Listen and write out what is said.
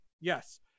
yes